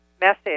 message